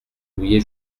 mouillé